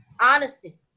honesty